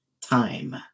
time